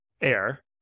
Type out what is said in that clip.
air